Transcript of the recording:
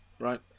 right